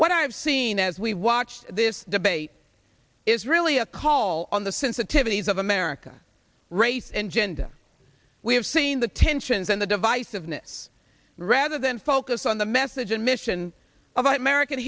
what i've seen as we watch this debate is really a call on the sensitivities of america race and gender we have seen the tensions and the divisiveness rather than focus on the message and mission of american